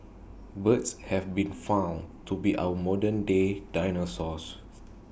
birds have been found to be our modernday dinosaurs